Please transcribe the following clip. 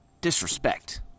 disrespect